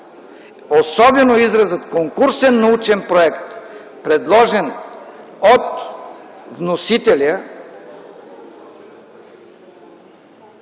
особено изразът „конкурсен научен проект”, предложен от вносителя,